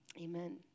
Amen